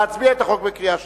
להצביע על החוק בקריאה שלישית?